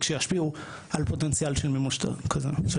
שישפיעו על פוטנציאל של מימוש כזה.